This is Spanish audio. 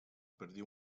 perdió